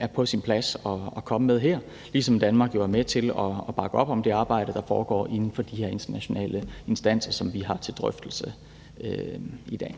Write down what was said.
er på sin plads at komme med her. Og Danmark er jo med til at bakke op om det arbejde, der foregår inden for de her internationale instanser, som vi har til drøftelse i dag.